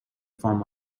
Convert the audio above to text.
form